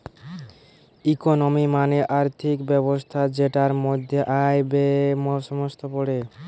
economy মানে আর্থিক ব্যবস্থা যেটার মধ্যে আয়, ব্যয়ে সমস্ত পড়ে